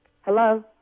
Hello